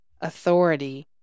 authority